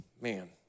Man